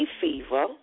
fever